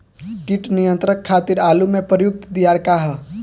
कीट नियंत्रण खातिर आलू में प्रयुक्त दियार का ह?